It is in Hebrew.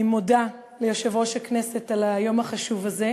אני מודה ליושב-ראש הכנסת על היום החשוב הזה,